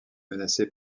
menacée